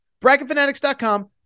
BracketFanatics.com